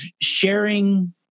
sharing